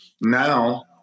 Now